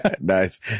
nice